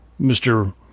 Mr